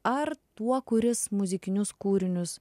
ar tuo kuris muzikinius kūrinius